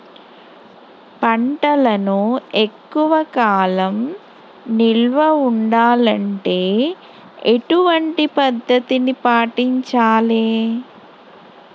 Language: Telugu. పంటలను ఎక్కువ కాలం నిల్వ ఉండాలంటే ఎటువంటి పద్ధతిని పాటించాలే?